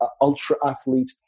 ultra-athlete